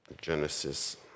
Genesis